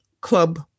club